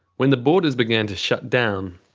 when the boarders began to shut down,